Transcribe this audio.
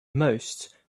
most